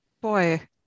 boy